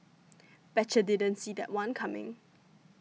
betcha didn't see that one coming